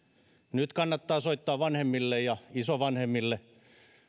nyt kannattaa soittaa vanhemmille ja isovanhemmille